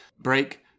break